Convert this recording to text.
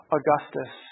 Augustus